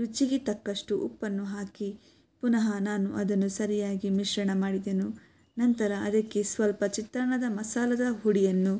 ರುಚಿಗೆ ತಕ್ಕಷ್ಟು ಉಪ್ಪನ್ನು ಹಾಕಿ ಪುನಃ ನಾನು ಅದನ್ನು ಸರಿಯಾಗಿ ಮಿಶ್ರಣ ಮಾಡಿದೆನು ನಂತರ ಅದಕ್ಕೆ ಸ್ವಲ್ಪ ಚಿತ್ರಾನ್ನದ ಮಸಾಲದ ಹುಡಿಯನ್ನು